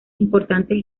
importantes